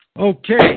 okay